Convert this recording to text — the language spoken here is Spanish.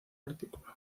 artículo